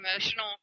emotional